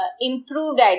improved